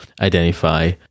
identify